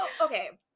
okay